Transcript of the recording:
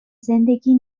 زندگی